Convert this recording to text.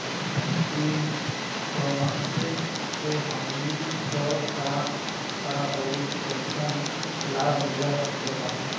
ई कॉमर्स से हमनी के का का अउर कइसन लाभ मिल सकेला?